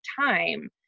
time